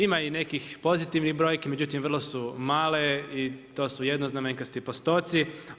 Ima i nekih pozitivnih brojki, međutim vrlo su male i to su jednoznamenkasti postotci.